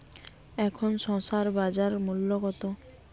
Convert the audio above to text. এখন শসার বাজার মূল্য কত?